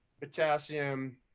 potassium